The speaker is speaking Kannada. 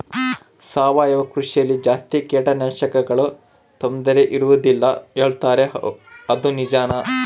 ಸಾವಯವ ಕೃಷಿಯಲ್ಲಿ ಜಾಸ್ತಿ ಕೇಟನಾಶಕಗಳ ತೊಂದರೆ ಇರುವದಿಲ್ಲ ಹೇಳುತ್ತಾರೆ ಅದು ನಿಜಾನಾ?